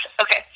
Okay